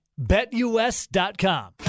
BetUS.com